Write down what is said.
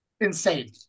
Insane